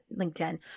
LinkedIn